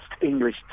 English